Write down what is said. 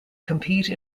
compete